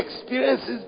experiences